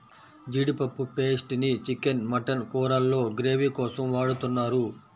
జీడిపప్పు పేస్ట్ ని chicken, mutton కూరల్లో గ్రేవీ కోసం వాడుతున్నారు